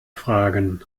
fragen